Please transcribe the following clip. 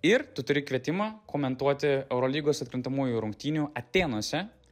ir tu turi kvietimą komentuoti eurolygos atkrintamųjų rungtynių atėnuose